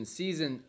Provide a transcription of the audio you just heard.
season